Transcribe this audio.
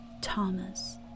Thomas